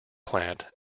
plant